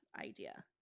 idea